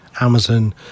Amazon